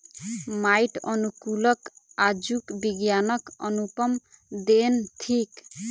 माइट अनुकूलक आजुक विज्ञानक अनुपम देन थिक